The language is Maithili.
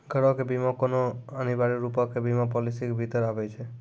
घरो के बीमा कोनो अनिवार्य रुपो के बीमा पालिसी के भीतर नै आबै छै